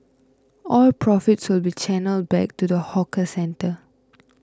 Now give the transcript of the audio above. all profits will be channelled back to the hawker centre